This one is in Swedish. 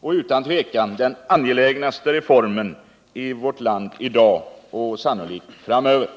och utan tvivel den angelägnaste reformen i vårt land i dag och sannolikt framöver.